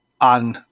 on